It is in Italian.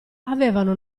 avevano